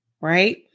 right